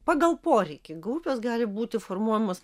pagal poreikį grupės gali būti formuojamos